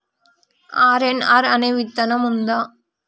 RNR అనే విత్తనం ఉందా?